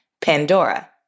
Pandora